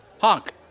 honk